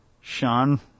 Sean